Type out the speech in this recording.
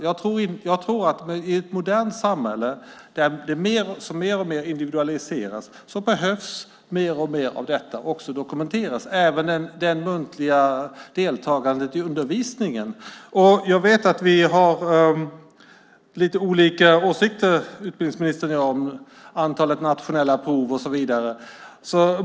Jag tror att i ett modernt samhälle som mer och mer individualiseras behövs mer och mer av detta också dokumenteras, även det muntliga deltagandet i undervisningen. Jag vet att vi har lite olika åsikter, utbildningsministern och jag, om antalet nationella prov och så vidare.